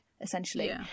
essentially